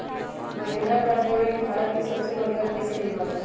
Mahindra corporate Bharat के सबसे बड़का कृषि निर्माता हई